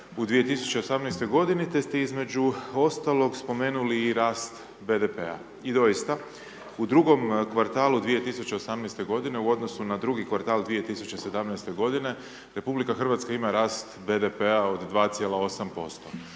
u 2018. godini, te ste između ostalog spomenuli i rast BDP-a. I doista, u drugom kvartalu 2018. godine, u odnosu na drugi kvartal 2017. godine, Republika Hrvatska ima rast BDP-a od 2,8%,